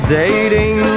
dating